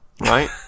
Right